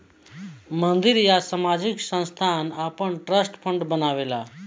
मंदिर या सामाजिक संस्थान आपन ट्रस्ट फंड बनावेला